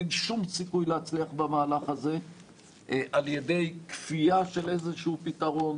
אין שום סיכוי להצליח במהלך הזה על ידי כפייה של איזשהו פתרון,